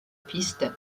piste